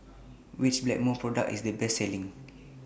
Which Blackmores Product IS The Best Selling